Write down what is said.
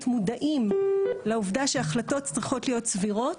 מודעים לעובדה שהחלטות צריכות להיות סבירות,